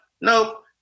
nope